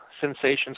sensations